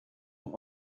auch